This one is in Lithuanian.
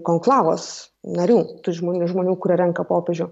konklavos narių tų žmonių žmonių kurie renka popiežių